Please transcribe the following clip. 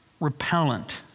repellent